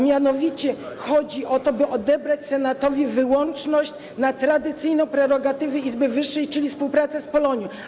Mianowicie chodzi o to, by odebrać Senatowi wyłączność w przypadku tradycyjnej prerogatywy izby wyższej, czyli współpracy z Polonią.